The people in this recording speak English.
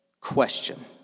Question